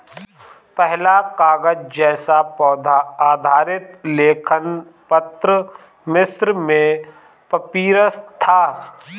पहला कागज़ जैसा पौधा आधारित लेखन पत्र मिस्र में पपीरस था